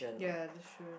ya that's true